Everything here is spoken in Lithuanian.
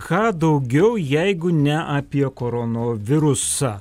ką daugiau jeigu ne apie korono virusą